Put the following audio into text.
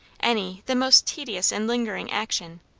any, the most tedious and lingering action,